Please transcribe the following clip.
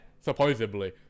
supposedly